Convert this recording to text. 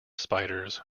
spiders